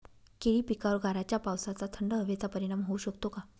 केळी पिकावर गाराच्या पावसाचा, थंड हवेचा परिणाम होऊ शकतो का?